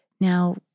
now